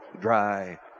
dry